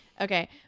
okay